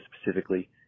specifically